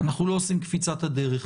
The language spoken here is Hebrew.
אנחנו לא עושים קפיצת הדרך.